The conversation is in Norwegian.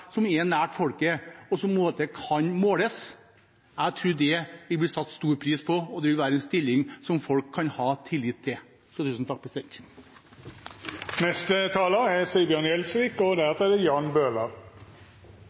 som er nær folket, og som kan måles? Jeg tror det vil bli satt stor pris på, og det vil være en stilling som folk kan ha tillit til. Noe av det mest grunnleggende vi som folkevalgte i landets nasjonalforsamling skal bidra til, er